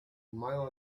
mile